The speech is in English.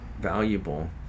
valuable